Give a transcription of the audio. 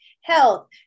health